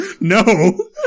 No